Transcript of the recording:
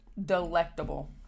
delectable